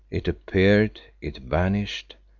it appeared, it vanished,